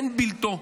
אין בלתו.